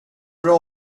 bra